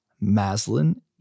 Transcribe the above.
Maslin